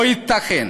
לא ייתכן